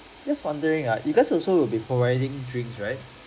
just wondering uh you guys also will be providing drinks right